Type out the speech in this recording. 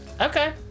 Okay